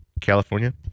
California